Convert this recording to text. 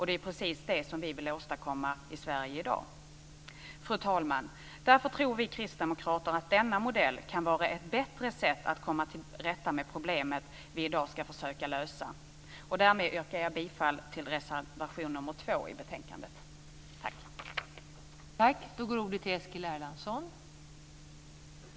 Det är precis det som vi i dag vill åstadkomma i Sverige. Därför tror vi kristdemokrater, fru talman, att denna modell kan vara ett bättre sätt att komma till rätta med det problem som vi i dag ska försöka lösa. Därmed yrkar jag bifall till reservation nr 2 i betänkandet. Tack!